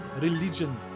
religion